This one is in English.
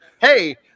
Hey